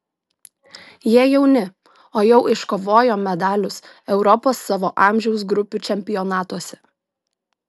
jie jauni o jau iškovojo medalius europos savo amžiaus grupių čempionatuose